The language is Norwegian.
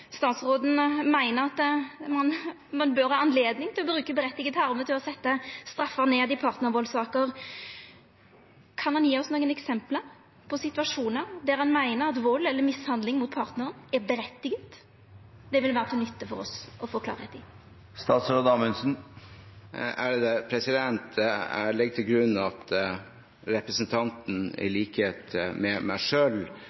ein bør ha anledning til å bruka «berettiget harme» til å sette straffen ned i partnarvaldssaker, kan han gje oss nokre eksempel på situasjonar der han meiner at vald eller mishandling mot partnarar er «berettiget»? Det vil det vera til nytte for oss å få klargjort. Jeg legger til grunn at representanten i